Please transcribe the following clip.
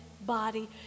body